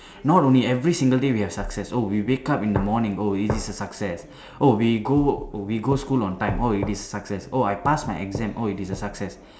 not only every single day we have success oh we wake up in the morning oh it is a success oh we go work we go school on time oh it is a success oh I pass my exam oh it is a success